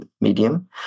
medium